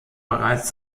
bereits